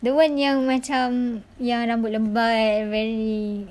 the one yang macam yang rambut lebat very